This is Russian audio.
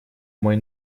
мой